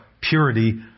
purity